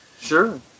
Sure